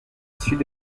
sud